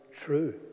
true